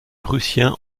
prussiens